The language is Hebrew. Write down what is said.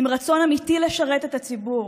עם רצון אמיתי לשרת את הציבור.